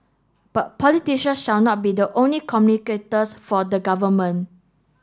but politician should not be the only communicators for the government